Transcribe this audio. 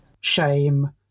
shame